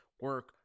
Work